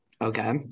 Okay